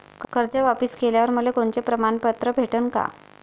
कर्ज वापिस केल्यावर मले कोनचे प्रमाणपत्र भेटन का?